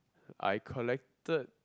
I collected